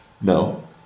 no